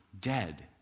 dead